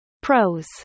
Pros